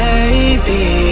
Baby